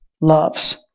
loves